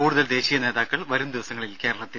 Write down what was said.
കൂടുതൽ ദേശീയ നേതാക്കൾ വരും ദിവസങ്ങളിൽ കേരളത്തിൽ